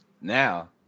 Now